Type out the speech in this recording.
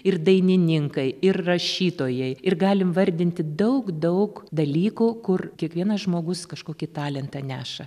ir dainininkai ir rašytojai ir galim vardinti daug daug dalykų kur kiekvienas žmogus kažkokį talentą neša